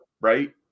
right